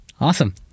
Awesome